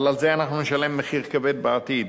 אבל על זה אנחנו נשלם מחיר כבד בעתיד.